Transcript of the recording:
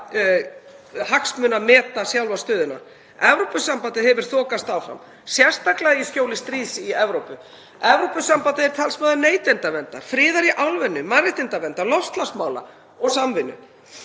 hagsmuni; að meta sjálfa stöðuna. Evrópusambandið hefur þokast áfram, sérstaklega í skjóli stríðs í Evrópu. Evrópusambandið er talsmaður neytendaverndar, friðar í álfunni, mannréttindaverndar, loftslagsmála og samvinnu